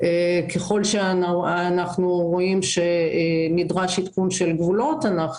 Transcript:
ככל שאנחנו רואים שנדרש עדכון של גבולות אנחנו